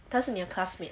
她是你的 classmate ah